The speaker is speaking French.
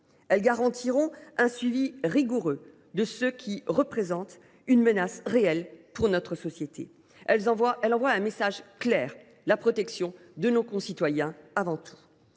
Elles garantiront un suivi rigoureux de ceux qui représentent une menace réelle pour notre société. Elles envoient un message clair : la protection de nos concitoyens avant tout.